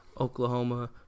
Oklahoma